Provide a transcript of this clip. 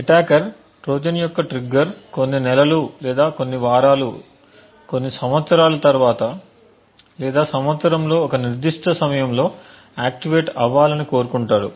attacker Trojan యొక్క trigger కొన్ని నెలలు లేదా కొన్ని వారాలు కొన్ని సంవత్సరాల తర్వాత లేదా సంవత్సరంలో ఒక నిర్దిష్ట సమయంలో ఆక్టివేట్ అవ్వాలని కోరుకుంటాడు